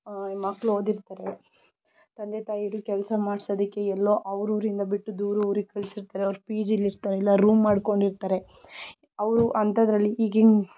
ಮಕ್ಕಳು ಓದಿರ್ತಾರೆ ತಂದೆ ತಾಯಿ ಇಬ್ಬರೂ ಕೆಲಸ ಮಾಡ್ಸೋದಕ್ಕೆ ಎಲ್ಲೋ ಅವರೂರಿಂದ ಬಿಟ್ಟು ದೂರ ಊರಿಗೆ ಕಳಿಸಿರ್ತಾರೆ ಅವರು ಪಿ ಜಿಲಿ ಇರ್ತಾರೆ ಇಲ್ಲ ರೂಮ್ ಮಾಡ್ಕೊಂಡಿರ್ತಾರೆ ಅವರು ಅಂಥದ್ರಲ್ಲಿ ಈಗಿನ